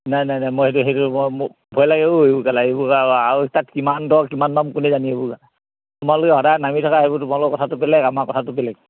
নাই নাই নাই মই সেইটো সেইটো মই ভয় লাগে ঐ এইবোৰ কেলা আৰু তাত কিমান দ কিমান বাম কোনে জানে এইবোৰ কেলা তোমালোকে সদায় নামি থাকা সেইবোৰ তোমালোকৰ কথাটো বেলেগ আমাৰ কথাটো বেলেগ